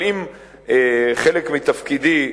אבל אם חלק מתפקידי,